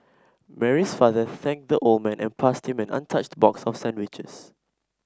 Mary's father thanked the old man and passed him an untouched box of sandwiches